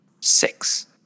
Six